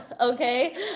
okay